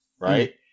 right